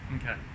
Okay